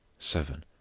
seven.